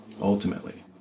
ultimately